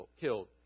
killed